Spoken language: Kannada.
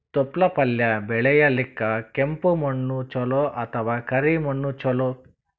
ತೊಪ್ಲಪಲ್ಯ ಬೆಳೆಯಲಿಕ ಕೆಂಪು ಮಣ್ಣು ಚಲೋ ಅಥವ ಕರಿ ಮಣ್ಣು ಚಲೋ?